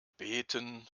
beten